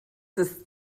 ist